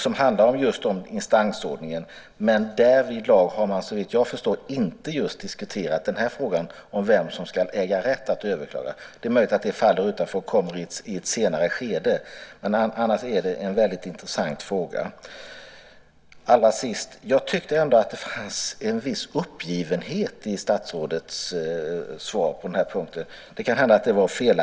Det handlar just om instansordningen, men därvidlag har man, såvitt jag förstått, inte diskuterat frågan om vem som ska äga rätt att överklaga. Det är möjligt att det faller utanför och kommer i ett senare skede. Annars är det en väldigt intressant fråga. Jag tyckte att det fanns en viss uppgivenhet i statsrådets svar. Det kanske var fel.